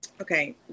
Okay